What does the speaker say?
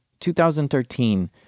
2013